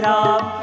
Ram